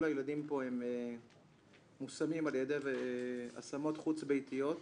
כל הילדים פה מושמים על ידי השמות חוץ-ביתיות,